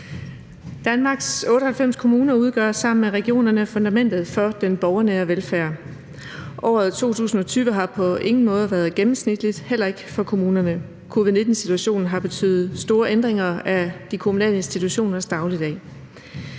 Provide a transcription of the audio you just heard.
Danmarks 98 kommuner udgør sammen med regionerne fundamentet for den borgernære velfærd. Året 2020 har på ingen måde været gennemsnitligt, heller ikke for kommunerne. Covid-19-situationen har betydet store ændringer af de kommunale institutioners dagligdag,